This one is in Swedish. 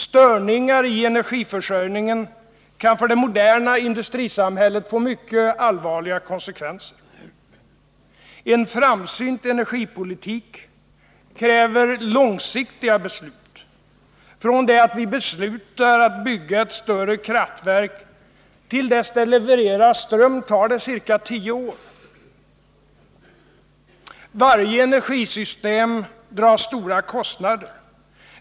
Störningar i energiförsörjningen kan för det moderna industrisamhället få mycket allvarliga konsekvenser. En framsynt energipolitik kräver långsiktiga beslut. Från det att vi beslutar att bygga ett större kraftverk till dess det levererar ström tar det ca tio år. Varje energisystem drar stora kostnader.